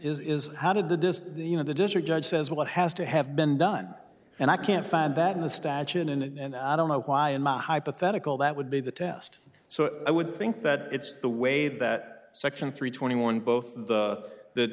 is is how did the disk you know the district judge says what has to have been done and i can't find that in the statute and i don't know why in my hypothetical that would be the test so i would think that it's the way that section three twenty one both the the